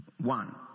One